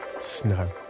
Snow